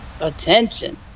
attention